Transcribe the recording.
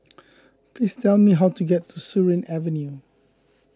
please tell me how to get to Surin Avenue